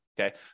Okay